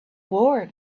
war